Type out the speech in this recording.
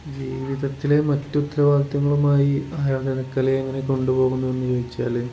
ജീവിതത്തിലെ മറ്റു ഉത്തരവാദിത്തങ്ങളുമായി ആയോധന കലയെ എങ്ങനെ കൊണ്ടു പോകുമെന്ന് ചോദിച്ചാൽ